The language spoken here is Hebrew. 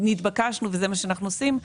ונתבקשנו וזה מה שאנחנו עושים,